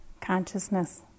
consciousness